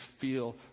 feel